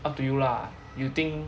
up to you lah you think